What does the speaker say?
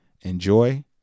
enjoy